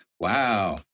Wow